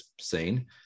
seen